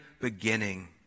beginning